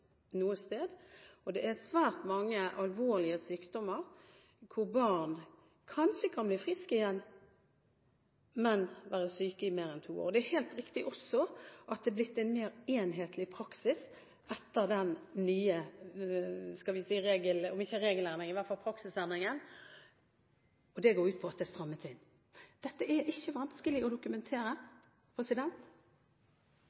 noe sted. Det er svært mange barn som lider av alvorlige sykdommer som kanskje kan bli friske igjen, men som kan være syke i mer enn to år. Det er også helt riktig at det har blitt en mer enhetlig praksis etter den nye praksisendringen. Det går ut på at det er blitt strammet inn. Dette er ikke vanskelig å dokumentere.